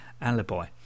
alibi